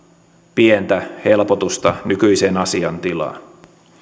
pientä helpotusta nykyiseen asiaintilaan